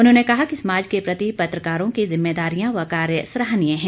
उन्होंने कहा कि समाज के प्रति पत्रकारों की जिम्मेदारियां व कार्य सराहनीय है